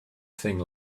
thing